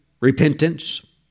repentance